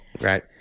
right